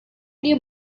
dia